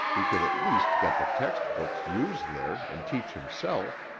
he could at least get the textbooks used there and teach himself.